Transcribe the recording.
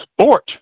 sport